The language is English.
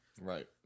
Right